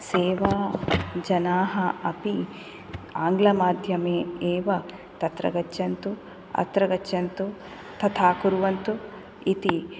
सेवाजनाः अपि आङ्ग्लमाध्यमे एव तत्र गच्छन्तु अत्र गच्छन्तु तथा कुर्वन्तु इति